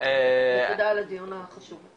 תודה על הדיון החשוב הזה.